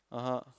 (uh huh)